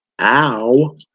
Ow